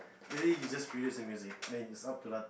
daily you just produce the music then it's up to